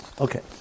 Okay